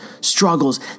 struggles